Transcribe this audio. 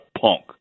punk